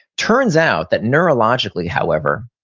turns out that neurologically, however,